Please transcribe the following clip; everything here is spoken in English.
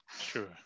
sure